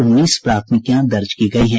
उन्नीस प्राथमिकियां दर्ज की गयी हैं